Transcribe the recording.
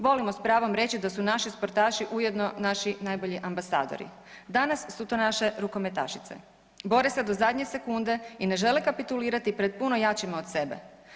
Volimo s pravom reći da su naši sportaši ujedno naši najbolji ambasadori, danas su to naše rukometašice, bore se do zadnje sekunde i ne žele kapitulirati pred puno jačima od sebe.